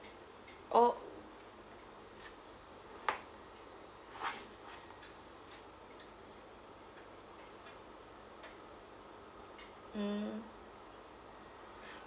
oh mm